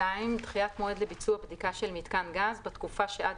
דחיית מועד לביצוע בדיקה של מיתקן גז בתקופה שעד